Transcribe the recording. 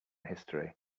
history